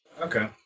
Okay